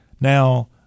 now